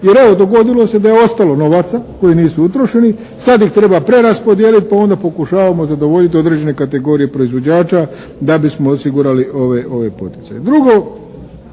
Jer evo, dogodilo se da je ostalo novaca koji nisu utrošeni, sad ih treba preraspodijeliti pa onda pokušavamo zadovoljiti određene kategorije proizvođača da bismo osigurali ove poticaje.